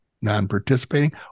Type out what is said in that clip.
non-participating